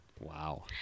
Wow